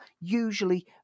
usually